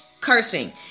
cursing